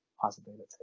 possibility